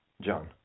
John